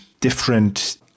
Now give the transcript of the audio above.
different